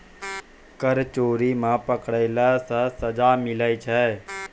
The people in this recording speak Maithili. कर चोरी मे पकड़ैला से सजा मिलै छै